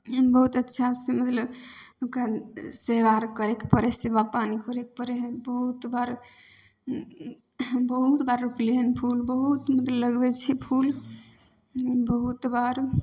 बहुत अच्छासे मतलब ओकरा सेवा आर करैके पड़ै हइ सेवा पानी करैके पड़ै हइ बहुत बार बहुत बार रोपलिए हन फूल बहुत मतलब लगबै छिए फूल बहुत बार